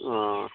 ہ